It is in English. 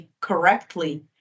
correctly